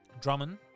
Drummond